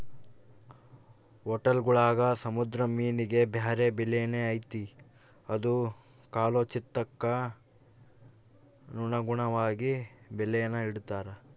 ಹೊಟೇಲ್ಗುಳಾಗ ಸಮುದ್ರ ಮೀನಿಗೆ ಬ್ಯಾರೆ ಬೆಲೆನೇ ಐತೆ ಅದು ಕಾಲೋಚಿತಕ್ಕನುಗುಣವಾಗಿ ಬೆಲೇನ ಇಡ್ತಾರ